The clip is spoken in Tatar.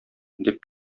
дип